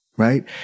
Right